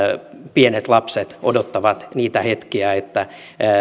pienet lapset odottavat niitä hetkiä että